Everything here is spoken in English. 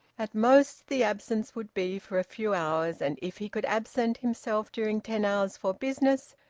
at most the absence would be for a few hours, and if he could absent himself during ten hours for business,